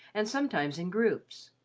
and sometimes in groups.